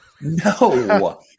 No